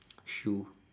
shoe